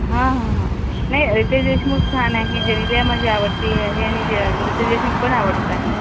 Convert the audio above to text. हा हा हा नाही रितेश देशमुख छान आहे जेनेलिया माझी आवडती आहे आणि जे रितेश देशमुख पण आवडता आहे